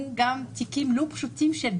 נדמה לי שחשוב מאוד שהוועדה תשמע גם מכמה עורכי דין,